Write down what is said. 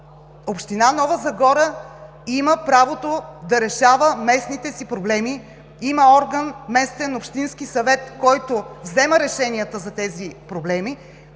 Община Нова Загора има правото да решава местните си проблеми, има орган местен общински съвет, който взема решенията за тези проблеми